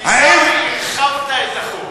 עיסאווי, הרחבת את החוק.